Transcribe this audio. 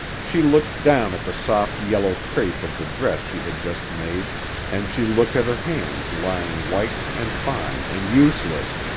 she looked down at the soft, yellow crepe of the dress she had just made and she looked at her hands lying white and fine and useless,